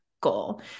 goal